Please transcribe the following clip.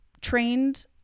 trained